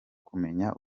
kumenya